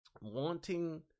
wanting